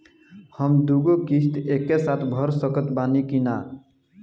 हम दु गो किश्त एके साथ भर सकत बानी की ना?